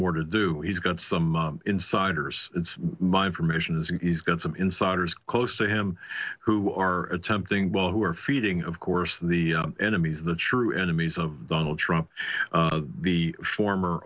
more to do he's got some insiders my information is he's got some insiders close to him who are attempting well who are feeding of course the enemies the true enemies of donald trump the former